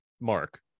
Mark